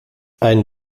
ein